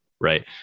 right